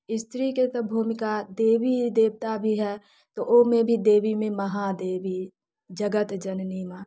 स्त्रीके तऽ भूमिका देवी देवता भी हय तऽ ओहिमे भी देवीमे महादेवी जगत जननी माँ